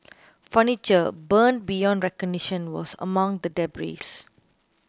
furniture burned beyond recognition was among the debris